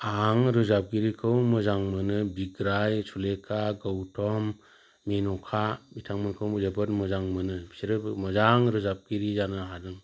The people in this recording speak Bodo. आं रोजाबगिरिखौ मोजां मोनो बिग्राय सुलेखा गौतम मेन'खा बिथांमोनखौ जोबोद मोजां मोनो बिसोरो मोजां रोजाबगिरि जानो हादों